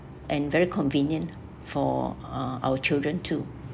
and very convenient for uh our children too